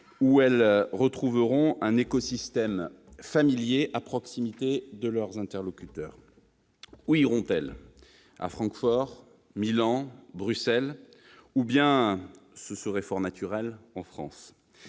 où elles retrouveront un écosystème familier, à proximité de leurs interlocuteurs. Où iront-elles ? À Francfort ? Milan ? Bruxelles ? Ou bien, et ce serait fort naturel, en France ?